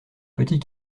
petit